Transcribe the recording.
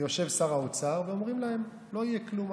ויושב שר האוצר ואומרים להם: לא יהיה כלום,